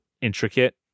intricate